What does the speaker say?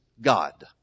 God